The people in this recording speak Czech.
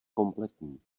kompletní